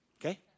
Okay